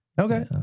Okay